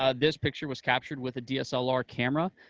ah this picture was captured with a dslr camera.